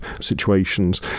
situations